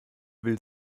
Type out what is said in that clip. will